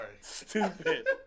Stupid